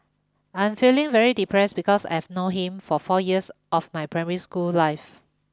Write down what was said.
I'm feeling very depressed because I've known him for four years of my primary school life